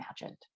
imagined